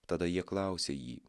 tada jie klausė jį